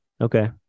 Okay